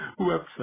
website